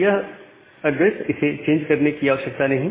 तो यह एड्रेस इसे चेंज होने की आवश्यकता नहीं